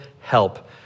help